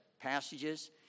passages